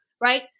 right